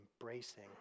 embracing